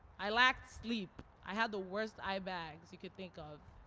i lacked sleep. i had the worst eye bags you could think of.